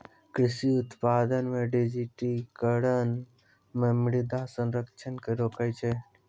कृषि उत्पादन मे डिजिटिकरण मे मृदा क्षरण के रोकै छै